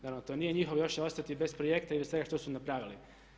Naravno to nije njihovo, još će ostati bez projekta i bez svega što su napravili.